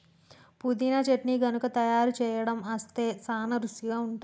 పుదీనా చట్నీ గనుక తయారు సేయడం అస్తే సానా రుచిగా ఉంటుంది